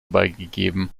beigegeben